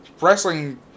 Wrestling